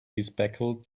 bespectacled